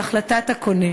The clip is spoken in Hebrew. על החלטת הקונה.